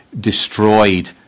destroyed